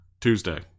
Tuesday